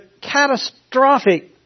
catastrophic